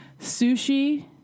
Sushi